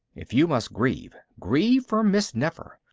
if you must grieve, grieve for miss nefer!